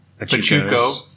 Pachuco